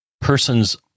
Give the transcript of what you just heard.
person's